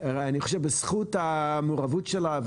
אני חושב שבזכות המעורבות שלה,